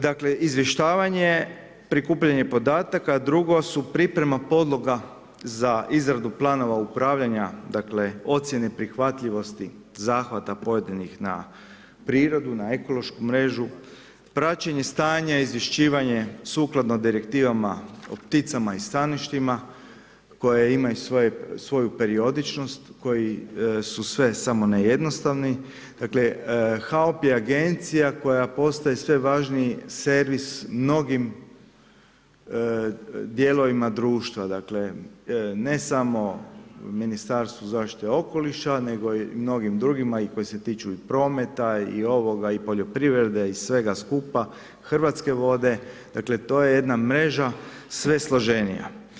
Dakle, izvještavanje, prikupljanje podataka drugo su priprema podloga za izradu planova upravljanja, dakle ocjene prihvatljivosti zahvata pojedinih na prirodu na ekološku mrežu, praćenje stanja izvješćivanje sukladno direktivama o pticama i staništima koje imaju svoju periodičnost, koji su sve samo ne jednostavni, dakle HAOP je agencija koja postaje sve važniji servis mnogim dijelovima društva, dakle ne samo Ministarstvu zaštite okoliša nego i mnogima drugima i koji se tiču prometa i ovoga i poljoprivrede i svega skupa, Hrvatske vode, dakle to je jedna mreža sve složenija.